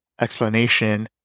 explanation